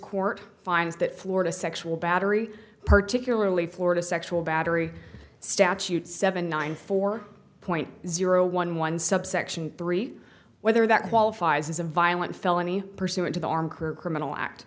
court finds that florida sexual battery particularly florida sexual battery statute seven nine four point zero one one subsection three whether that qualifies as a violent felony pursuant to the arm career criminal act